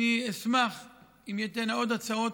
אם תהיינה עוד הצעות,